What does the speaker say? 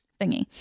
thingy